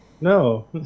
No